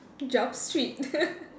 job street